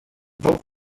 vote